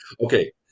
Okay